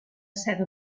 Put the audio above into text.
seda